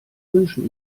wünschen